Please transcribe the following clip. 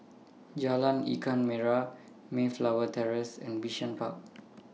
Jalan Ikan Merah Mayflower Terrace and Bishan Park